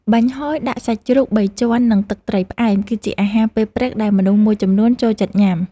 បាញ់ហយដាក់សាច់ជ្រូកបីជាន់ និងទឹកត្រីផ្អែម គឺជាអាហារពេលព្រឹកដែលមនុស្សមួយចំនួនចូលចិត្តញ៉ាំ។